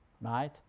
right